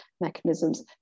mechanisms